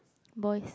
boys